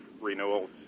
renewals